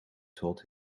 told